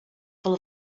full